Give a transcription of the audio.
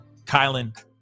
Kylan